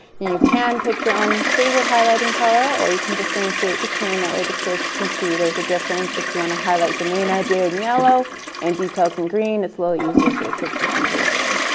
you can pick your own favorite highlighting color, or you can differentiate between. that way the kids can see there's a difference if you want to highlight the main idea and yellow and details in green, it's a little easier for the kids to see visually.